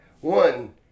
One